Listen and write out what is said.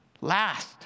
last